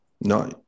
no